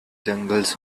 jungles